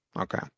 Okay